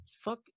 fuck